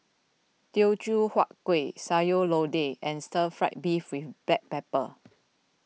Teochew Huat Kueh Sayur Lodeh and Stir Fry Beef with Black Pepper